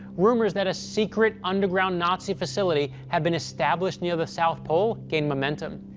rumors that a secret underground nazi facility had been established near the south pole gained momentum,